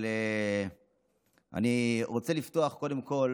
אבל אני רוצה לפתוח קודם כול